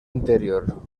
interior